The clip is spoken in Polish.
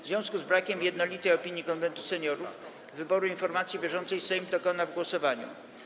W związku z brakiem jednolitej opinii Konwentu Seniorów wyboru informacji bieżącej Sejm dokona w głosowaniu.